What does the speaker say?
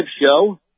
show